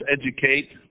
educate